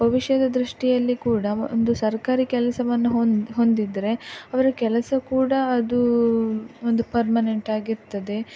ಭವಿಷ್ಯದ ದೃಷ್ಟಿಯಲ್ಲಿ ಕೂಡ ಒಂದು ಸರ್ಕಾರಿ ಕೆಲ್ಸವನ್ನು ಹೊಂದಿ ಹೊಂದಿದರೆ ಅವರ ಕೆಲಸ ಕೂಡ ಅದು ಒಂದು ಪರ್ಮನೆಂಟ್ ಆಗಿರ್ತದೆ